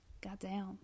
Goddamn